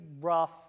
rough